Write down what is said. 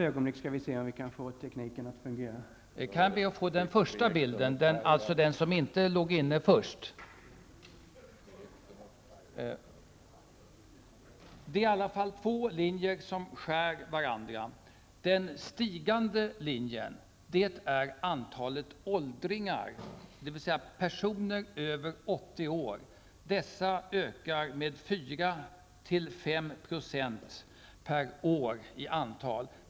Den uppåtgående linjen illustrerar antalet åldringar, dvs. personer över 80 år. Dessa ökar med 4--5 % per år i antal.